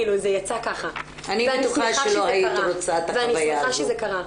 זה יצא ככה ואני שמחה שזה קרה.